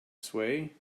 sway